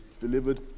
delivered